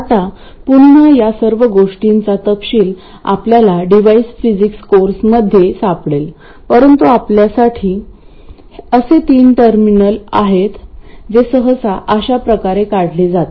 आता पुन्हा या सर्व गोष्टींचा तपशील आपल्याला डिव्हाइस फिजिक्स कोर्समध्ये सापडेल परंतु आपल्यासाठी असे तीन टर्मिनल आहेत जे सहसा अशा प्रकारे काढले जातात